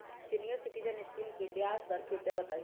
senior citizen scheme के ब्याज दर कृपया बताईं